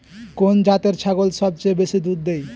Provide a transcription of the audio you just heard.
কোন জাতের ছাগল সবচেয়ে বেশি দুধ দেয়?